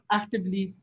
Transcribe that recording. actively